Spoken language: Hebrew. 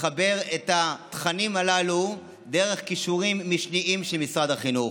לחבר את התכנים הללו דרך קישורים משניים של משרד החינוך.